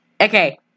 Okay